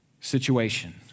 situation